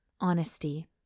Honesty